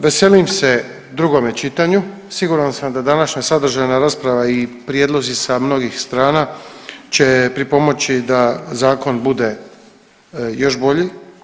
Veselim se drugome čitanju, siguran sam da današnja sadržajna rasprava i prijedlozi sa mnogih strana će pripomoći da zakon bude još bolji.